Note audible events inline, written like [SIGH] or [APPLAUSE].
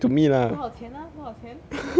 多少钱 ah 多少钱 [LAUGHS]